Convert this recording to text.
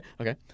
okay